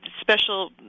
special